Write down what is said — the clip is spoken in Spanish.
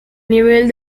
nivel